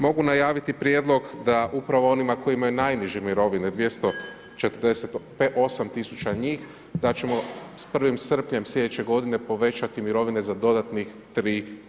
Mogu najaviti prijedlog da upravo oni koji imaju najniže mirovine, 248 000 njih, da ćemo s 1. srpnja sljedeće godine povećati mirovine za dodatnih 3%